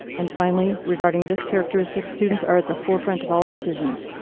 and finally, regarding this characteristic, students are at the forefront of all decisions.